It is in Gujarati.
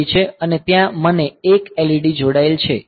3 છે અને ત્યાં મને 1 LED જોડાયેલ છે